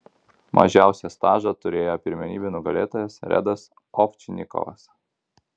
mažiausią stažą turėjo pirmenybių nugalėtojas redas ovčinikovas